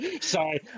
Sorry